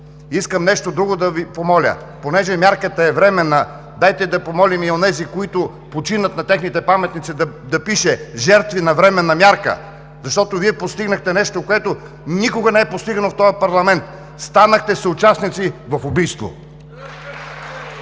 Искам нещо друго да Ви помоля: понеже мярката е временна, дайте да помолим на паметниците на онези, които починат, да пише: „Жертви на временна мярка“, защото Вие постигнахте нещо, което никога не е постигано в този парламент – станахте съучастници в убийство.